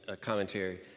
commentary